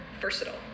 versatile